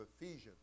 Ephesians